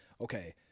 okay